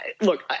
look